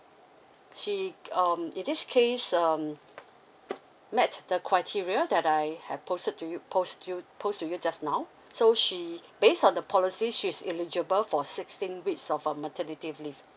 she um in this case um met the criteria that I have posted to you post to you post to you just now so she based on the policy she's eligible for sixteen weeks of a maternity leave